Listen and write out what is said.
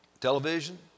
television